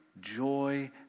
joy